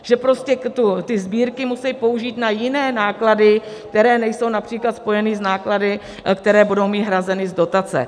Že prostě ty sbírky musí použít na jiné náklady, které nejsou například spojeny s náklady, které budou mít hrazeny z dotace.